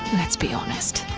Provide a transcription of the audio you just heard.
let's be honest.